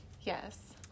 yes